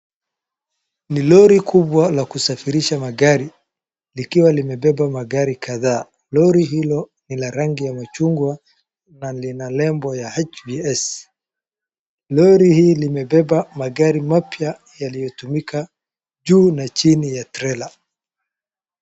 Ni lori kubwa la kusafirisha magari, likiwa limebeba magari kadhaa. Lori hilo ni la rangi ya machungwa na lina lembo ya HVS . Lori hili limebeba magari mapya yaliyotumika juu na chuni ya trela.